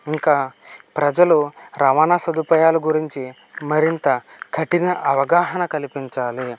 ఇంకా ప్రజలు రవాణా సదుపాయాల గురించి మరింత కఠిన అవగాహన కల్పించాలి